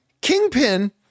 Kingpin